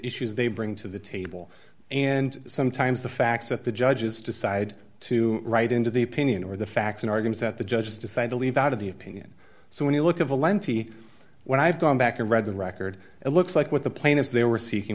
issues they bring to the table and sometimes the facts that the judges decide to write into the opinion or the facts in argument that the judges decide to leave out of the opinion so when you look at the lengthy when i've gone back and read the record it looks like what the plaintiffs they were seeking